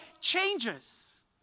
changes